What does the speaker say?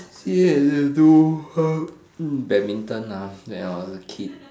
say you do badminton ah when i was a kid